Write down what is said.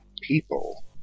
people